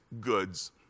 goods